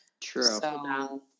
True